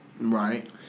Right